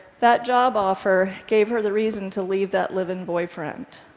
that job offer gave her the reason to leave that live-in boyfriend.